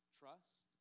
trust